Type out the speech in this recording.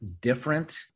different